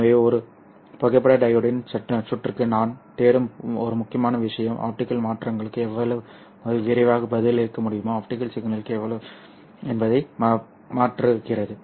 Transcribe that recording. எனவே ஒரு புகைப்பட டையோடு சுற்றுக்கு நான் தேடும் ஒரு முக்கியமான விஷயம் ஆப்டிகல் மாற்றங்களுக்கு எவ்வளவு விரைவாக பதிலளிக்க முடியும் ஆப்டிகல் சக்தி என்பதை மாற்றுகிறது